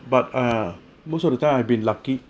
but err most of the time I been lucky